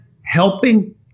helping